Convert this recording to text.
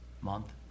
month